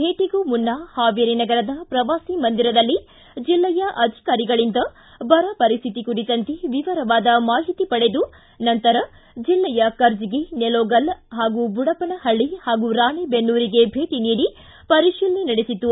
ಭೇಟಗೂ ಮುನ್ನ ಹಾವೇರಿ ನಗರದ ಪ್ರವಾಸಿ ಮಂದಿರದಲ್ಲಿ ಜಿಲ್ಲೆಯ ಅಧಿಕಾರಿಗಳಿಂದ ಜಿಲ್ಲೆಯ ಬರಪರಿಸ್ಥಿತಿ ಕುರಿತಂತೆ ವಿವರವಾದ ಮಾಹಿತಿ ಪಡೆದು ನಂತರ ಜಿಲ್ಲೆಯ ಕರ್ಜಗಿ ನೆಲೋಗಲ್ ಹಾಗೂ ಬುಡಪನಹಳ್ಳಿ ಹಾಗೂ ರಾಣೇಬೆನ್ನೂರಿಗೆ ಭೇಟ ನೀಡಿ ಪರಿಶೀಲನೆ ನಡೆಸಿತು